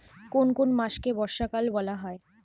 কোন কোন মাসকে বর্ষাকাল বলা হয়?